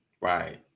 Right